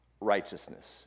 righteousness